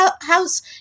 how's